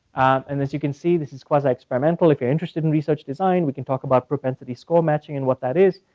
and as you can see this is quite experimental, if you're interested in research design, we can talk about propensity score matching and what that is.